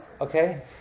Okay